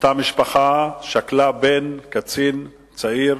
אותה משפחה שכלה בן צעיר,